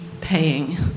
paying